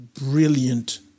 brilliant